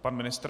Pan ministr.